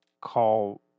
Call